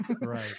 Right